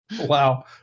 Wow